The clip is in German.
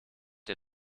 der